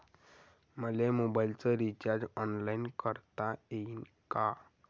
मले मोबाईलच recharge online करता येईन का?